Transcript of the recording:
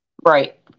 Right